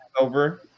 over